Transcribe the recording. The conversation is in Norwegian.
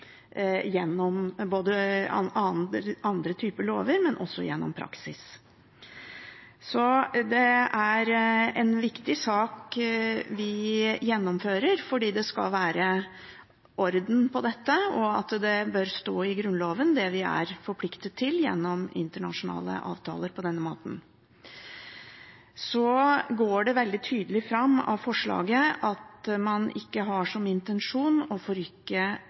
både gjennom andre typer lover og gjennom praksis. Så det er en viktig sak vi gjennomfører, for det skal være orden på dette, og det bør stå i Grunnloven, det vi er forpliktet til gjennom internasjonale avtaler på denne måten. Det går veldig tydelig fram av forslaget at man ikke har som intensjon å forrykke